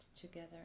together